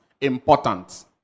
important